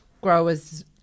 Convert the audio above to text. growers